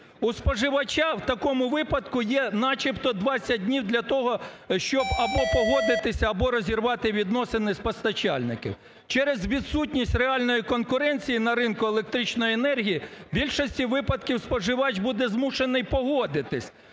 У споживача в такому випадку є начебто 20 днів для того, щоб або погодитись, або розірвати відносини з постачальником. Через відсутність реальної конкуренції на ринку електричної енергії у більшості випадків споживач буде змушений погодитись,